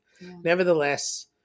Nevertheless